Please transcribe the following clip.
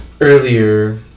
earlier